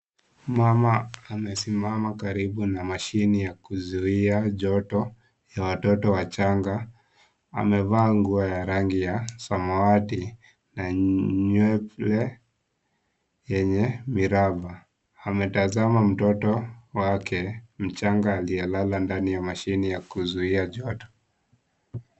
Mama amesimama karibu na mashine ya kuzuia joto ya watoto wachanga. Amevaa nguo ya rangi ya samawati na nywele yenye miraba. Ametazama mtoto wake mchanga aliyelala ndani ya mashine ya kuzuia joto.